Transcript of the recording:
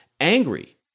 angry